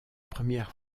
première